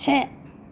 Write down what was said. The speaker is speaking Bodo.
से